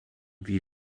wie